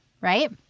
Right